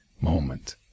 moment